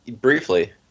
briefly